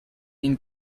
ihn